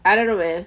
I don't know man